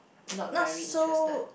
not very interested